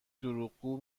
دروغگو